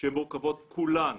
שמורכבות כולן